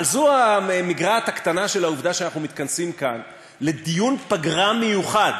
אבל זו המגרעת הקטנה של העובדה שאנחנו מתכנסים כאן לדיון פגרה מיוחד